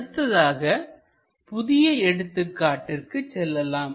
அடுத்ததாக புதிய எடுத்துக்காட்டுக்கு செல்லலாம்